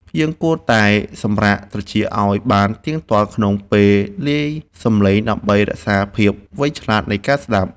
យើងគួរតែសម្រាកត្រចៀកឱ្យបានទៀងទាត់ក្នុងពេលលាយសំឡេងដើម្បីរក្សាភាពវៃឆ្លាតនៃការស្ដាប់។